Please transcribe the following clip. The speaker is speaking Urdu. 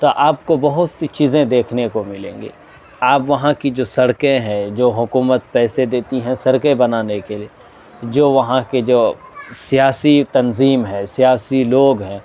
تو آپ کو بہت سی چیزیں دیکھنے کو ملیں گی آپ وہاں کی جو سڑکیں ہیں جو حکومت پیسے دیتی ہیں سڑکیں بنانے کے لیے جو وہاں کے جو سیاسی تنظیم ہے سیاسی لوگ ہیں